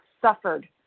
suffered